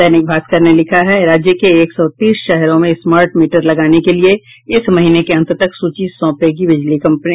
दैनिक भास्कर ने लिखा है राज्य के एक सौ तीस शहरों में स्मार्ट मीटर लगाने के लिये इस महीने के अंत तक सूची सौंपेगी बिजली कंपनी